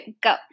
Go